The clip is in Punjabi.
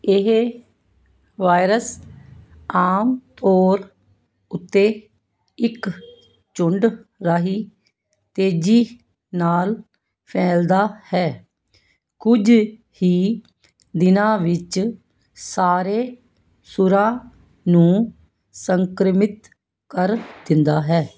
ਇਹ ਵਾਇਰਸ ਆਮ ਤੌਰ ਉੱਤੇ ਇੱਕ ਝੁੰਡ ਰਾਹੀਂ ਤੇਜ਼ੀ ਨਾਲ ਫੈਲਦਾ ਹੈ ਕੁਝ ਹੀ ਦਿਨਾਂ ਵਿੱਚ ਸਾਰੇ ਸੂਰਾਂ ਨੂੰ ਸੰਕਰਮਿਤ ਕਰ ਦਿੰਦਾ ਹੈ